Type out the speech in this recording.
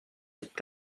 est